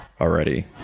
already